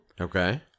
Okay